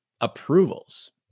approvals